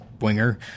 winger